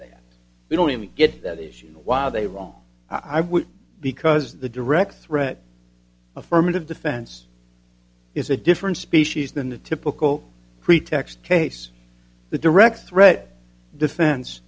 that they don't even get that issue while they wrong i would because the direct threat affirmative defense is a different species than the typical pretext case the direct threat defense